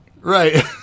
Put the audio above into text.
Right